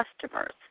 customers